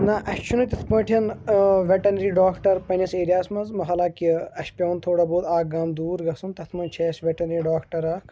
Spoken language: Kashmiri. نہ اَسہِ چھُنہٕ تِتھ پٲٹھۍ ویٚٹنری ڈاکٹر پَننِس ایریاہَس منٛز حلانکہِ اَسہِ چھُ پیٚوان تھوڑا بہت اَکھ گام دوٗر گژھُن تَتھ منٛز چھِ اَسہِ ویٹنٔری ڈاکٹر اکھ